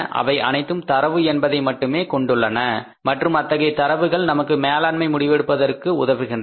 அவை அனைத்தும் தரவு என்பதை மட்டுமே கொண்டுள்ளன மற்றும் அத்தகைய தரவுகள் நமக்கு மேலாண்மை முடிவெடுப்பதற்கு உதவுகின்றன